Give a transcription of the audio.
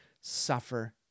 suffer